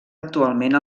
actualment